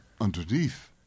underneath